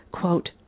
quote